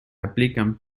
aplican